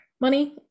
money